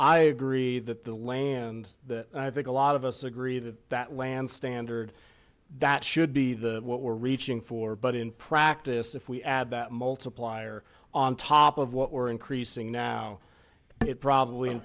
i agree that the land that i think a lot of us agree that that land standard that should be the what we're reaching for but in practice if we add that multiplier on top of what we're increasing now it probably in